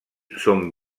són